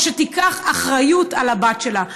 או שתיקח אחריות על הבת שלה.